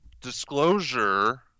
disclosure